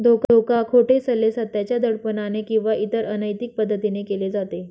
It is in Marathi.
धोका, खोटे सल्ले, सत्याच्या दडपणाने किंवा इतर अनैतिक पद्धतीने केले जाते